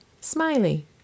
Smiley